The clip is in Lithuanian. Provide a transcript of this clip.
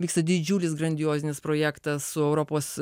vyksta didžiulis grandiozinis projektas su europos